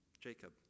Jacob